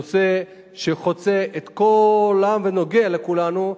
נושא שחוצה את כל העם ונוגע לכולנו.